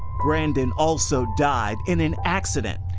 brandon also died in an accident,